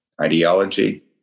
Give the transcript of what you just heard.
ideology